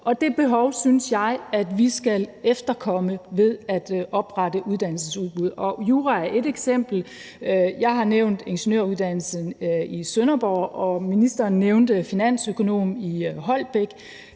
og det behov synes jeg vi skal efterkomme ved at oprette uddannelsesudbud. Jura er ét eksempel. Jeg har nævnt ingeniøruddannelsen i Sønderborg, og ministeren nævnte finansøkonomuddannelsen